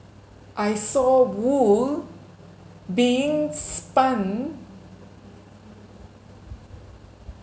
I saw wool being spun